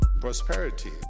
Prosperity